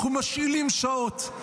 אנחנו שואלים שעות.